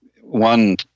one